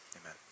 Amen